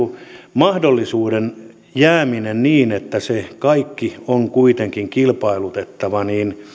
mahdollisuuden jääminen niin että se kaikki on kuitenkin kilpailutettava